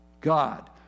God